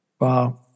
Wow